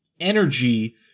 energy